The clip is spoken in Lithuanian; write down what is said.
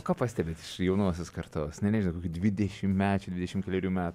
ką pastebit iš jaunosios kartos ne nežinau kokių dvidešimtmečiai dvidešimt kelerių metų